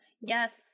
Yes